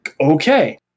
Okay